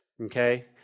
Okay